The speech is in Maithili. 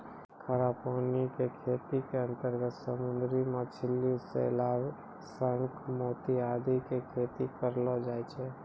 खारा पानी के खेती के अंतर्गत समुद्री मछली, शैवाल, शंख, मोती आदि के खेती करलो जाय छै